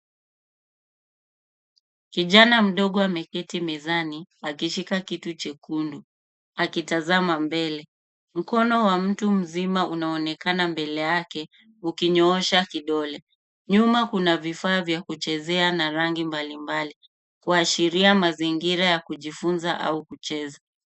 Kijana mdogo ameketi mezani akishika kitu chekundu akitazama mbele. Mkono wa mtu mzima unaonekana mbele yake ukinyoosha kidole. Nyuma kuna vifaa vya kuchezea na rangi mbalimbali kuashiria mazingira ya kujifunza au kucheza.